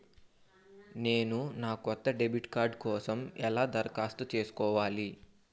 నేను నా కొత్త డెబిట్ కార్డ్ కోసం ఎలా దరఖాస్తు చేసుకోవాలి?